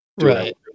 Right